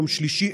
יום שלישי.